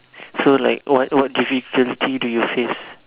so like what what difficulties do you faced